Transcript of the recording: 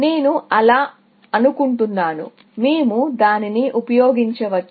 నేను అలా అనుకుంటున్నాను మేము దానిని ఉపయోగించవచ్చు